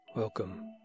Welcome